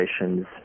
relations